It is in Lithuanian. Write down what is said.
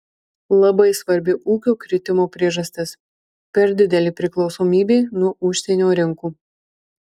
labai svarbi ūkio kritimo priežastis per didelė priklausomybė nuo užsienio rinkų